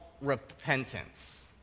repentance